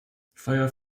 feuer